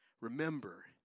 remember